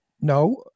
no